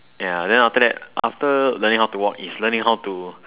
ya then after that after learning how to walk is learning how to